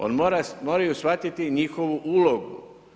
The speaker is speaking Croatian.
Oni moraju shvatiti njihovu ulogu.